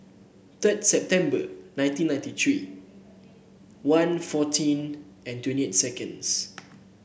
third September nineteen ninety three one fourteen and twenty eight seconds